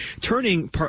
turning